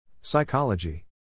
Psychology